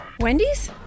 wendy's